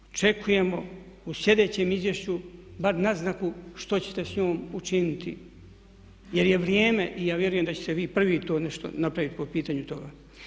Očekujemo u sljedećem izvješću bar naznaku što ćete s njom učiniti jer je vrijeme i ja vjerujem da ćete vi prvi to nešto prvi to nešto napraviti po pitanju toga.